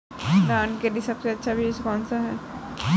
धान के लिए सबसे अच्छा बीज कौन सा है?